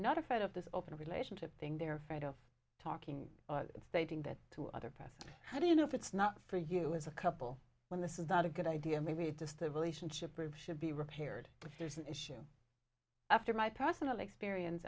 not afraid of this open relationship thing they're afraid of talking stating that to other press how do you know if it's not for you as a couple when this is not a good idea maybe it's just the relationship group should be repaired but there's an issue after my personal experience